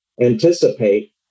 anticipate